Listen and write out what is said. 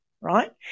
right